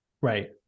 Right